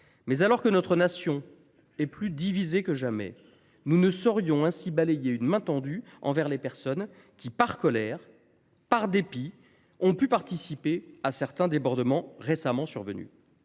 Mais alors que notre nation est plus divisée que jamais, nous ne saurions ainsi balayer une main tendue envers des personnes qui, par colère ou par dépit, ont pu participer récemment à certains débordements. Aussi, il semble